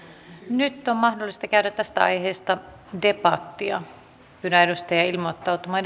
nyt on mahdollista käydä tästä aiheesta debattia pyydän edustajia ilmoittautumaan